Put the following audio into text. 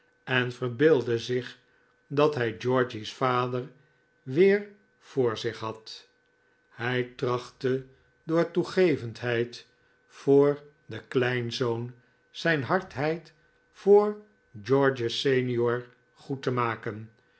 en verbeeldde zich dat hij georgy's vader weer voor zich had hij trachtte door toegevendheid voor den kleinzoon zijn hardheid voor george sr goed te maken